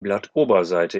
blattoberseite